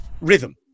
rhythm